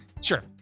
Sure